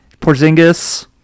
Porzingis